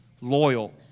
loyal